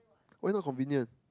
why not convenient